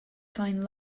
find